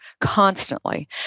constantly